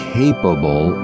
capable